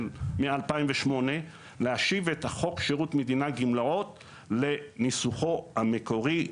משנת 2008 ובזאת להשיב את חוק שירות מדינה גמלאות לניסוחו המקורי.